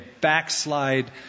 backslide